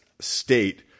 state